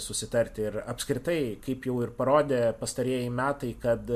susitarti ir apskritai kaip jau ir parodė pastarieji metai kad